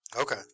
Okay